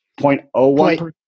0.01